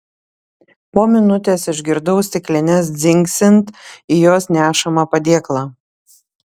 po minutės išgirdau stiklines dzingsint į jos nešamą padėklą